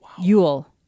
Yule